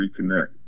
reconnect